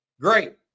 great